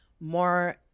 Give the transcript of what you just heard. more